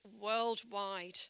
worldwide